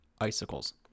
Icicles